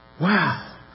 Wow